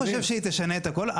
אני לא חושב שהיא תשנה את הכל.